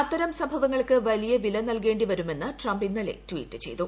അത്തരം സംഭവങ്ങൾക്ക് വലിയ വില നൽകേണ്ടി വരുമെന്ന് ട്രംപ് ഇന്നലെ ട്വീറ്റ് ചെയ്തു